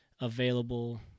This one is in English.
available